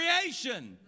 creation